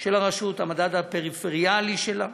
של הרשות, המדד הפריפריאלי שלה,